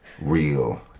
Real